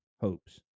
hopes